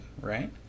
right